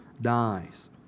dies